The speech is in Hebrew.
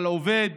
אבל עובד